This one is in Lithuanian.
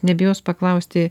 nebijos paklausti